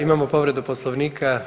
Imamo povredu Poslovnika.